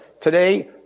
today